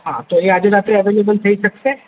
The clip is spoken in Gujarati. હા તો એ આજે રાત્રે અવેલેબલ થઇ શકશે